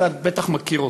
אתה בטח מכיר אותו,